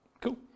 Cool